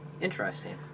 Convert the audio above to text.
interesting